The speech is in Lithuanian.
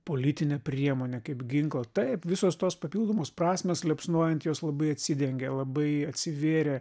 politinę priemonę kaip ginklą taip visos tos papildomos prasmės liepsnojant jos labai atsidengė labai atsivėrė